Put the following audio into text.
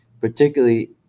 particularly